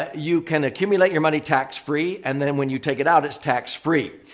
you can accumulate your money tax-free and then when you take it out, it's tax-free.